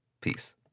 Peace